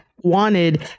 wanted